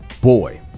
Boy